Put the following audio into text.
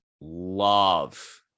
love